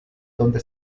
donde